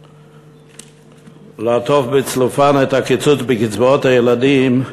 כדי לעטוף בצלופן את הקיצוץ בקצבאות הילדים,